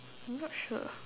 I'm not sure